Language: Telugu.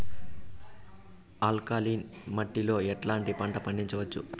ఆల్కలీన్ మట్టి లో ఎట్లాంటి పంట పండించవచ్చు,?